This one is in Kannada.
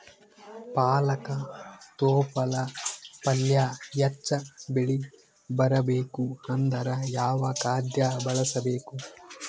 ಪಾಲಕ ತೊಪಲ ಪಲ್ಯ ಹೆಚ್ಚ ಬೆಳಿ ಬರಬೇಕು ಅಂದರ ಯಾವ ಖಾದ್ಯ ಬಳಸಬೇಕು?